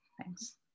Thanks